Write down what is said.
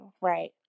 right